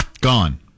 gone